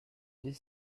deux